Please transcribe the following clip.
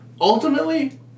ultimately